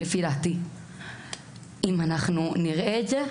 לדעתי אם נראה את זה,